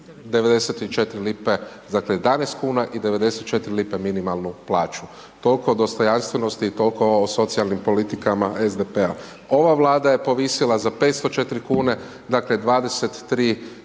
11,94 lipe, dakle 11 kuna i 94 lipe, minimalnu plaću. Tol'ko o dostojanstvenosti i toliko o socijalnim politikama SDP-a. Ova Vlada je povisila za 504 kune, dakle 23,9%,